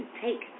take